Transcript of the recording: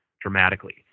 dramatically